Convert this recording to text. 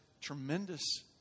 tremendous